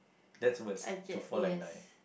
that's worst to fall and die